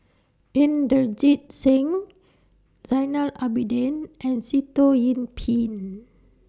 Inderjit Singh Zainal Abidin and Sitoh Yih Pin